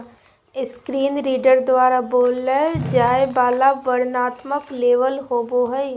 screen reader द्वारा बोलय जाय वला वर्णनात्मक लेबल होबो हइ